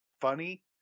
funny